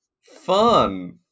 Fun